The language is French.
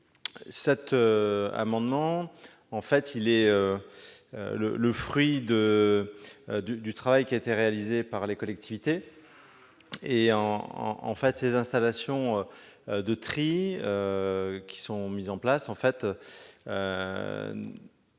Cet amendement est le fruit du travail réalisé par les collectivités. Les installations de tri qui sont mises en place